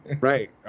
Right